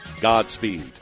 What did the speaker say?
Godspeed